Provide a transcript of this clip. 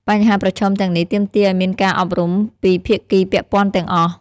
បញ្ហាប្រឈមទាំងនេះទាមទារឱ្យមានការអប់រំពីភាគីពាក់ព័ន្ធទាំងអស់។